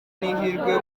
n’ihirwe